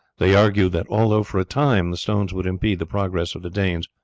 they argued that although for a time the stones would impede the progress of the danes,